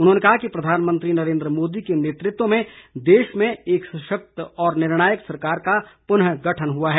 उन्होंने कहा कि प्रधानमंत्री नरेन्द्र मोदी के नेतृत्व में देश में एक सशक्त और निर्णायक सरकार का पुनः गठन हुआ है